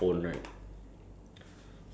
!wah! there's a lot of things